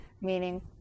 meaning